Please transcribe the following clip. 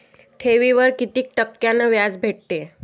ठेवीवर कितीक टक्क्यान व्याज भेटते?